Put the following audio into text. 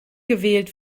gewählt